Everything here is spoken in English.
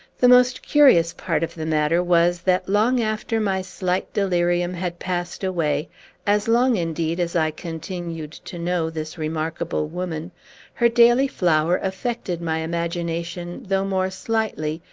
the most curious part of the matter was that, long after my slight delirium had passed away as long, indeed, as i continued to know this remarkable woman her daily flower affected my imagination, though more slightly,